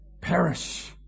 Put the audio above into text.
perish